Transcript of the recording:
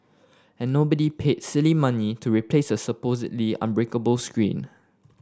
and nobody paid silly money to replace a supposedly unbreakable screen